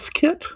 kit